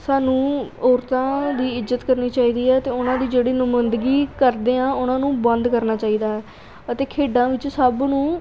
ਸਾਨੂੰ ਔਰਤਾਂ ਦੀ ਇੱਜ਼ਤ ਕਰਨੀ ਚਾਹੀਦੀ ਹੈ ਅਤੇ ਉਹਨਾਂ ਦੀ ਜਿਹੜੀ ਨੁਮਾਇੰਦਗੀ ਕਰਦੇ ਹਾਂ ਉਹਨਾਂ ਨੂੰ ਬੰਦ ਕਰਨਾ ਚਾਹੀਦਾ ਹੈ ਅਤੇ ਖੇਡਾਂ ਵਿੱਚ ਸਭ ਨੂੰ